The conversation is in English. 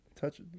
touch